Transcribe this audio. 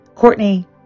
Courtney